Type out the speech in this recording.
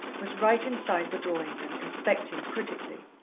was right inside the drawing-room, inspecting critically.